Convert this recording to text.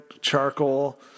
charcoal